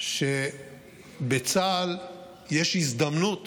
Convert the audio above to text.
שבצה"ל יש הזדמנות